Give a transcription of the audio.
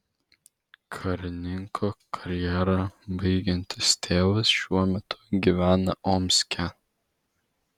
karininko karjerą baigiantis tėvas šiuo metu gyvena omske